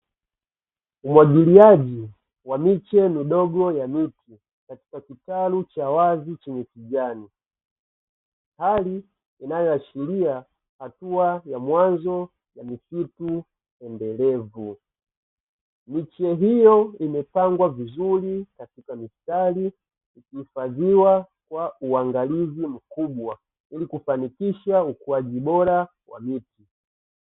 Umwagiliaji wa miche midogo katika kitalu cha wazi chenye kijani, hali inayoashiria hatua ya mwanzo magufuku endelevu miche hiyo imepangwa vizuri katika mistari ikihifadhiwa kwa uangalizi mkubwa, ili kufanikisha ukuaji bora wa miti.